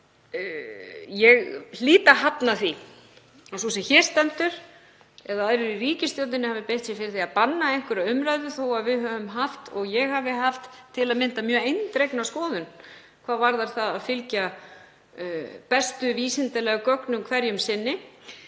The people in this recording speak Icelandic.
En ég hlýt að hafna því að sú sem hér stendur eða aðrir í ríkisstjórninni hafi beitt sér fyrir því að banna einhverja umræðu þó að við höfum haft og ég hafi haft til að mynda mjög eindregna skoðun hvað það varðaði að fylgja bestu vísindalegu gögnum hverju sinni.